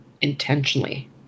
intentionally